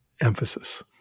emphasis